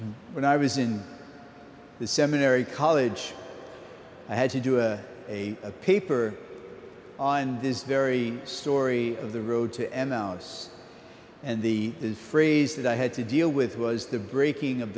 when i was in the seminary college i had to do a a paper on this very story of the road to emmaus and the phrase that i had to deal with was the breaking of